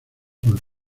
con